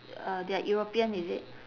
uh they are european is it